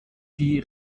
die